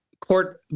court